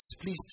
Please